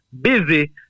busy